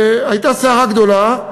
הייתה סערה גדולה,